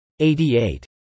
88